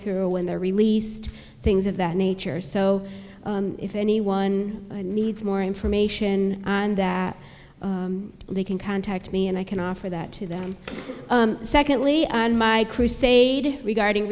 through when they're released things of that nature so if anyone needs more information on that they can contact me and i can offer that to them secondly my crusade regarding